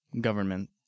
government